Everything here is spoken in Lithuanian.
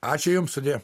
ačiū jums sudie